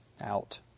out